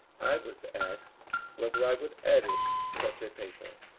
i was asked whether i would edit such a paper,